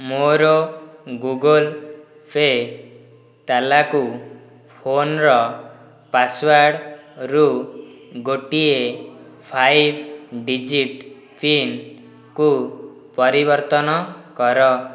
ମୋର Google pay' ତାଲାକୁ phone ର ପାସ୍ୱାର୍ଡ଼ ରୁ ଗୋଟିଏ ପାଞ୍ଚ ଡିଜିଟ ପିନ୍ କୁ ପରିବର୍ତ୍ତନ କର